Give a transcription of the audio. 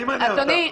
אדוני,